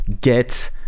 get